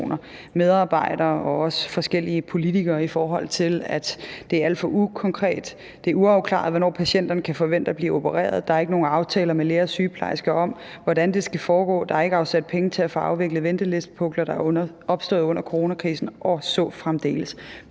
medarbejdere og også forskellige politikere, fordi den er alt for ukonkret. Det er uafklaret, hvornår patienterne kan forvente at blive opereret, der er ikke nogen aftaler med læger og sygeplejersker om, hvordan det skal foregå, og der er ikke afsat penge til få afviklet ventelistepukler, der er opstået under coronakrisen, og så fremdeles